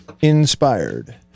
inspired